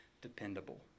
dependable